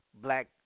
black